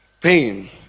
pain